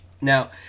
Now